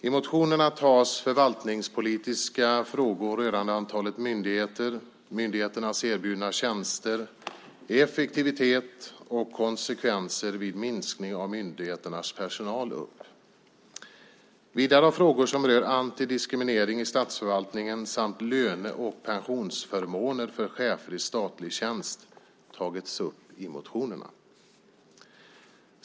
I motionerna tas förvaltningspolitiska frågor rörande antalet myndigheter, myndigheternas erbjudande av tjänster, effektivitet och konsekvenser vid minskning av myndigheternas personal upp. Vidare har frågor som rör antidiskriminering i statsförvaltningen samt löne och pensionsförmåner för chefer i statlig tjänst tagits upp i motionerna.